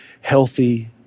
healthy